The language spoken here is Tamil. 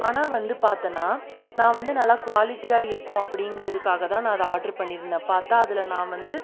ஆனால் வந்து பார்த்தன்னா நான் வந்து நல்லா குவாலிட்டியாக இருக்கும் அப்படிங்கிறதுக்காகதான் நான் அதை ஆடரு பண்ணியிருந்தேன் பார்த்தா அதில் நான் வந்து